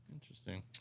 Interesting